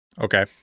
Okay